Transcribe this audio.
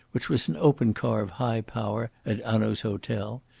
which was an open car of high power, at hanaud's hotel,